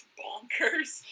bonkers